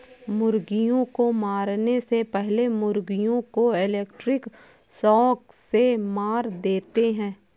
मुर्गियों को मारने से पहले मुर्गियों को इलेक्ट्रिक शॉक से मार देते हैं